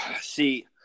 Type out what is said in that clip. See